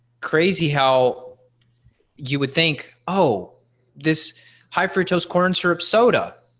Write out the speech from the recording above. crazy how you would think oh this high fructose corn syrup soda.